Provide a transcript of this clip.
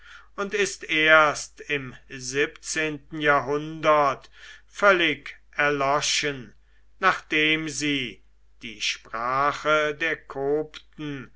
und ist erst im siebenten jahrhundert völlig erloschen nachdem sie die sprache der kopten